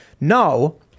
No